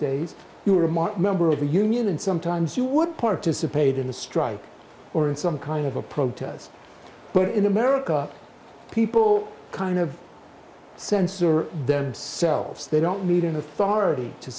days you were a mom member of a union and sometimes you would participate in a strike or in some kind of a protest but in america people kind of censor themselves they don't need an authority to